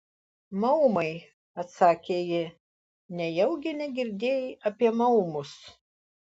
maumai atsakė ji nejaugi negirdėjai apie maumus